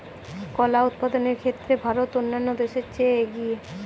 কলা উৎপাদনের ক্ষেত্রে ভারত অন্যান্য দেশের চেয়ে এগিয়ে